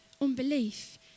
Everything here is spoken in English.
unbelief